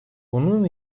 bunun